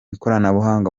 ikoranabuhanga